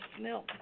milk